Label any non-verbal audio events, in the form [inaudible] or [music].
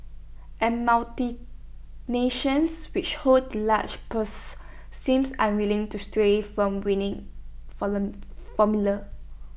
and multi nations which hold the large purses seem unwilling to stray from winning [unintelligible] formulas